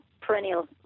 perennial